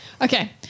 Okay